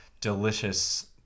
delicious